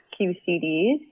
QCDs